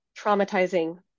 traumatizing